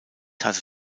hatte